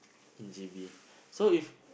in J_B so if